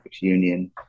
union